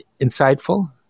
insightful